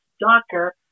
doctor